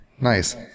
Nice